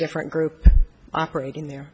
different group operating there